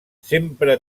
sempre